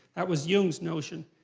that was jung's notion,